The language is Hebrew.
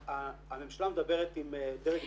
הממשלה מדברת עם דרג נבחר,